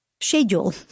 schedule